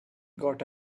got